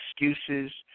excuses